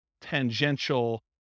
tangential